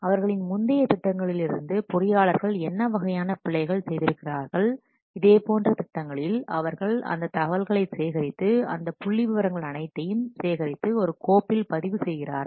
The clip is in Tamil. அவர்களின் முந்தைய திட்டங்களிலிருந்து பொறியாளர்கள் என்ன வகையான பிழைகள் செய்திருக்கிறார்கள் இதே போன்ற திட்டங்களில் அவர்கள் அந்தத் தகவல்களைச் சேகரித்து அந்த புள்ளிவிவரங்கள் அனைத்தையும் சேகரித்து ஒரு கோப்பில் பதிவு செய்கிறார்கள்